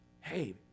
hey